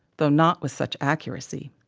though not with such accuracy.